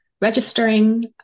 registering